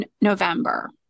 November